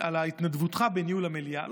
על התנדבותך בניהול המליאה.